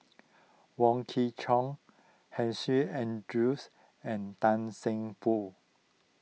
Wong Kwei Cheong Hussein an juice and Tan Seng Poh